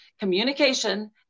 communication